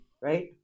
right